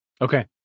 okay